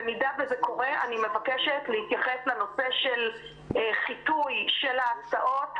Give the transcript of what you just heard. במידה שזה קורה אני מבקשת להתייחס לנושא של חיטוי של ההסעות,